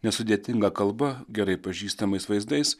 nesudėtinga kalba gerai pažįstamais vaizdais